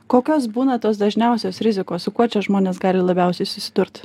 kokios būna tos dažniausios rizikos su kuo čia žmonės gali labiausiai susidurt